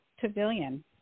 Pavilion